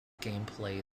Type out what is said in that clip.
gameplay